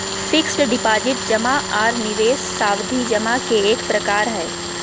fixed deposit जमा आर निवेश सावधि जमा के एक प्रकार हय